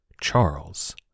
Charles